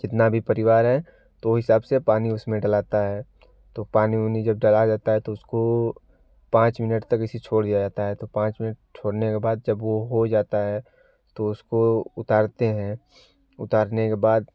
जितना भी परिवार है तो ओ हिसाब से पानी उसमें डलाता है तो पानी उनी जब डला जाता है तो उसको पाँच मिनट तक ऐसी छोड़ दिया जाता है तो पाँच मिनट छोड़ने के बाद जब वो हो जाता है तो उसको उतारते हैं उतारने के बाद